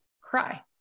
cry